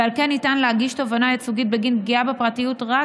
ועל כן ניתן להגיש תובענה ייצוגית בגין פגיעה בפרטיות רק